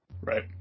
Right